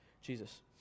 Jesus